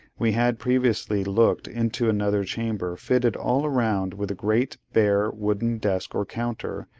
we had previously looked into another chamber fitted all round with a great, bare, wooden desk or counter,